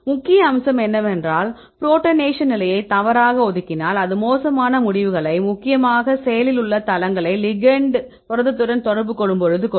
முக்கிய அம்சம் என்னவென்றால் புரோட்டானேஷன் நிலைகளை தவறாக ஒதுக்கினால் அது மோசமான முடிவுகளை முக்கியமாக செயலில் உள்ள தளங்களை லிகெெண்ட் புரதத்துடன் தொடர்பு கொள்ளும்போது கொடுக்கும்